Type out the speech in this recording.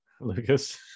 Lucas